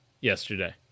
yesterday